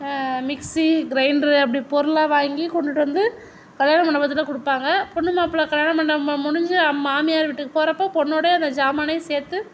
mixie grinder அப்படி பொருளாக வாங்கி கொண்டுகிட்டு வந்து கல்யாண மண்டபத்தில் கொடுப்பாங்க பொண்ணு மாப்பிளை கல்யாண மண்டபம் முடிஞ்சு மாமியார் வீட்டுக்கு போகிறப்ப பொண்ணோடேயே அந்த சாமானையும் சேர்த்து